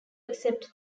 accept